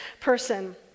person